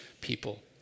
people